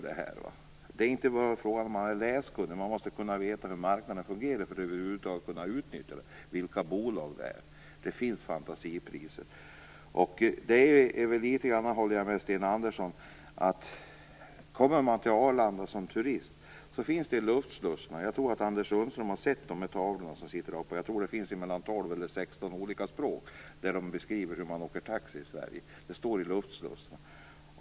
Det handlar inte bara om att vara läskunnig, utan man måste veta hur marknaden fungerar för att över huvud taget kunna utnyttja det här med olika bolag. Det finns fantasipriser. Här håller jag med Sten Andersson. Kommer man till Arlanda som turist finns det tavlor i luftslussarna - jag tror nog att Anders Sundström har sett dem - där det på 12 à 16 språk står beskrivet hur man åker taxi i Sverige.